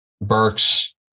Burks